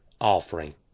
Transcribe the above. offering